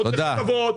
לא צריך טובות,